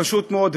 פשוט מאוד,